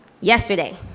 Yesterday